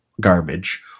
garbage